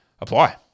apply